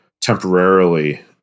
temporarily